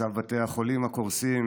על מצב בתי החולים הקורסים,